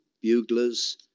buglers